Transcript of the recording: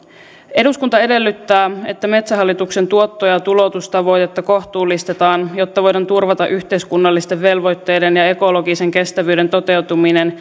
eduskunta edellyttää että metsähallituksen tuotto ja tuloutustavoitetta kohtuullistetaan jotta voidaan turvata yhteiskunnallisten velvoitteiden ja ekologisen kestävyyden toteutuminen